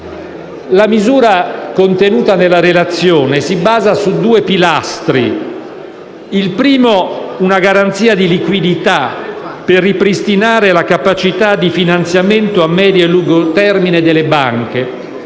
La misura contenuta nella relazione si basa su due pilastri: il primo è una garanzia di liquidità per ripristinare la capacità di finanziamento a medio e lungo termine delle banche;